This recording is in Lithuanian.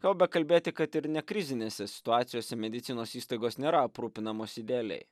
ką jau kalbėti kad ir ne krizinėse situacijose medicinos įstaigos nėra aprūpinamos idealiai